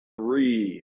three